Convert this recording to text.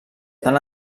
tant